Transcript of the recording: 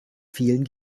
vielen